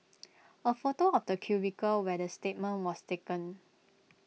A photo of the cubicle where the statement was taken